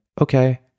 okay